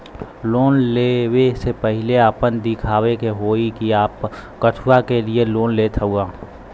Loan ले वे से पहिले आपन दिखावे के होई कि आप कथुआ के लिए लोन लेत हईन?